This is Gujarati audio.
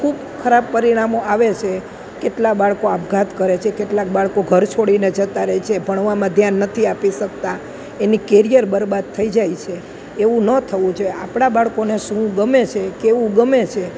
ખૂબ ખરાબ પરિણામો આવે છે કેટલાં બાળકો આપધાત કરે છે કેટલાંક બાળકો ઘર છોડીને જતાં રહે છે ભણવામાં ધ્યાન નથી આપી શકતાં એની કેરિયર બરબાદ થઇ જાય છે એવું ન થવું જોઈએ આપણાં બાળકોને શું ગમે છે કેવું ગમે છે